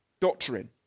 doctrine